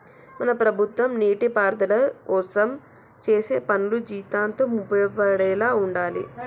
మన ప్రభుత్వం నీటిపారుదల కోసం చేసే పనులు జీవితాంతం ఉపయోగపడేలా ఉండాలి